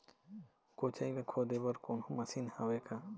कोचई ला खोदे बर कोन्हो मशीन हावे का?